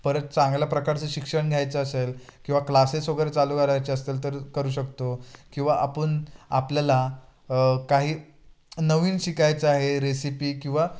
परत चांगल्या प्रकारचं शिक्षण घ्यायचं असेल किंवा क्लासेस वगरे चालू करायचे असेल तर करू शकतो किंवा आपण आपल्याला काही नवीन शिकायचं आहे रेसिपी किंवा